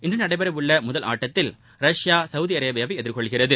இன்று நடைபெற உள்ள முதல் ஆட்டத்தில் ரஷ்யா சவுதி அரேபியாவை எதிர்கொள்கிறது